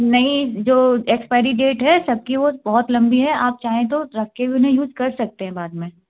नहीं जो expiry date है सबकी वो बहुत लंबी है आप चाहें तो रखे बिना यूज़ कर सकते हैं बाद में